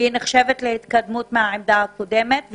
והיא נחשבת להתקדמות מהעמדה הקודמת,